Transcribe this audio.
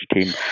team